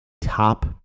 top